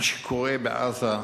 מה שקורה בעזה,